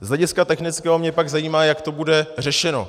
Z hlediska technického mě pak zajímá, jak to bude řešeno.